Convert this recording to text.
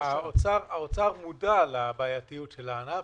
משרד האוצר מודע לבעייתיות של הענף.